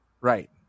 Right